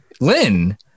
Lynn